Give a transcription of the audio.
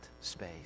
space